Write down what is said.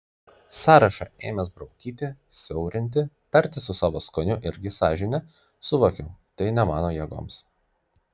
sąrašą ėmęs braukyti siaurinti tartis su savo skoniu irgi sąžine suvokiau tai ne mano jėgoms